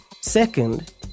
Second